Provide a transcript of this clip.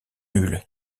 nul